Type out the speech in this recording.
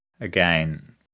again